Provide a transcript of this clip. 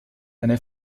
eine